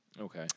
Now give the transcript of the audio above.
Okay